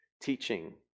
Teaching